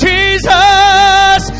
Jesus